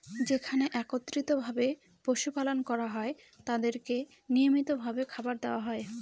যেখানে একত্রিত ভাবে পশু পালন করা হয় তাদেরকে নিয়মিত ভাবে খাবার দেওয়া হয়